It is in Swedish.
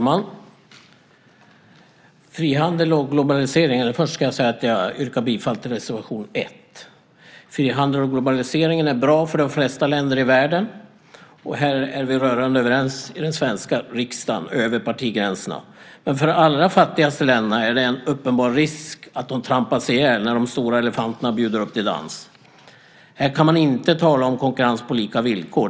Herr talman! Jag börjar med att yrka bifall till reservation 1. Frihandeln och globaliseringen är bra för de flesta länder i världen. Det är vi rörande överens om i den svenska riksdagen, över partigränserna. Men för de allra fattigaste länderna är det en uppenbar risk att de trampas ihjäl när de stora elefanterna bjuder upp till dans. Här kan man inte tala om konkurrens på lika villkor.